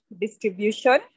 distribution